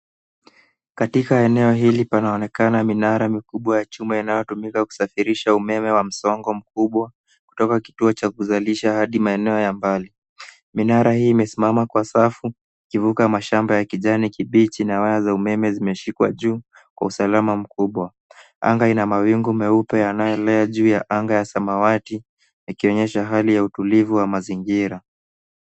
Katika eneo hili panaonekana minara mikubwa ya chuma inayotumika kusafirisha umeme wa msongo mkubwa kutoka kituo cha kuzalisha hadi maeneo ya mbali. Minara hii imesimama kwa safu ikivuka mashamba ya kijani kibichi na waya za umeme zimeshikwa juu kwa usalama mkubwa. Anga ina mawingu meupe yanayolea juu ya anga ya samawati, yakionyesha hali ya utulivu wa mazingira.